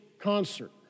concert